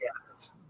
Yes